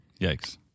Yikes